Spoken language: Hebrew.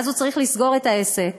ואז הוא צריך לסגור את העסק.